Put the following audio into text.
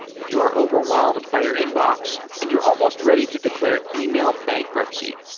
if you are overwhelmed by your inbox and you're almost ready to declare email bankruptcy,